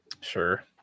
Sure